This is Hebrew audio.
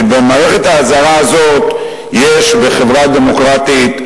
ובמערכת האזהרה הזו יש בחברה דמוקרטית,